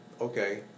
okay